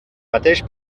mateix